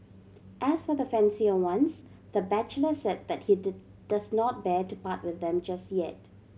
as for the fancier ones the bachelor said that he does not bear to part with them just yet